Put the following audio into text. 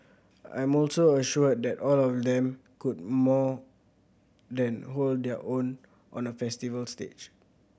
I'm also assured that all of them could more than hold their own on a festival stage